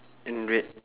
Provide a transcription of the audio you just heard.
in red